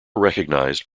recognised